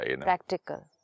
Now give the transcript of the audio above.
Practical